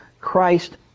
Christ